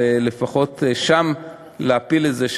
ולפחות שם להפיל את זה,